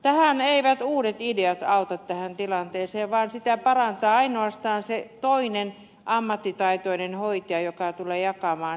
tässä eivät uudet ideat auta tähän tilanteeseen vaan sitä parantaa ainoastaan se toinen ammattitaitoinen hoitaja joka tulee jakamaan sitä työtä